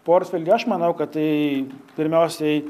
portfelį aš manau kad tai pirmiausiai